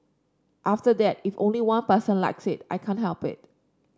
after that if only one person likes it I can't help it